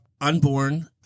unborn